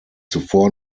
zuvor